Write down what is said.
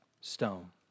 stone